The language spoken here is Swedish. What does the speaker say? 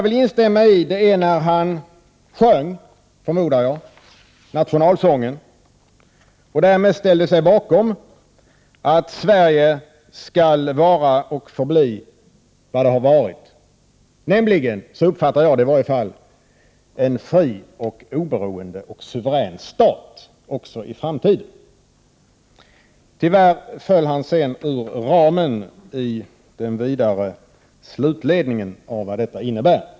För det andra sjöng han — förmodar jag — med i nationalsången. Han ställde sig därmed bakom att Sverige också i framtiden skall vara och förbli vad det har varit, nämligen — så uppfattar jag det i alla fall — en fri, oberoende och suverän stat. Tyvärr föll han sedan ur ramen i den vidare slutledningen av vad detta innebär.